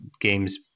games